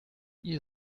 ihr